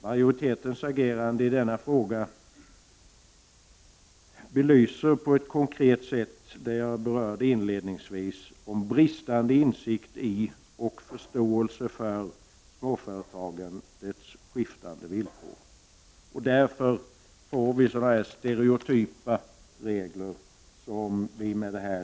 Majoritetens agerande i denna fråga belyser på ett konkret sätt det som jag berörde inledningsvis, nämligen bristande insikt i och förståelse för småföretagandets skiftande villkor. Det är därför vi får sådana här stereotypa regler.